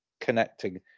connecting